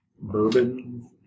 Bourbon